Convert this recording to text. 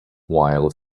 while